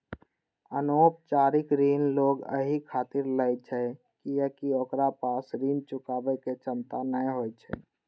अनौपचारिक ऋण लोग एहि खातिर लै छै कियैकि ओकरा पास ऋण चुकाबै के क्षमता नै होइ छै